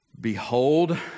Behold